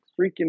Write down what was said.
freaking